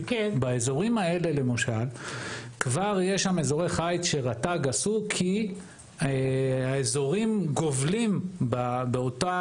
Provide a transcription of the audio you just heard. יש כבר אזורי חיץ שרט"ג עשו כי האזורים גובלים באותה